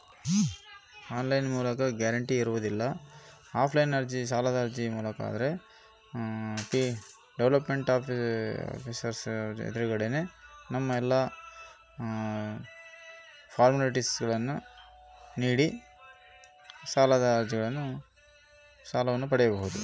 On line ಮತ್ತು offline ಸಾಲದ ಅರ್ಜಿಯ ವ್ಯತ್ಯಾಸಗಳೇನು?